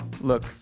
look